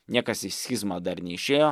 niekas į schizmą dar neišėjo